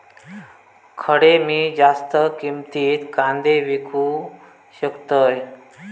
खडे मी जास्त किमतीत कांदे विकू शकतय?